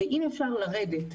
ואם אפשר ללכת,